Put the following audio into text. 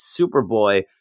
superboy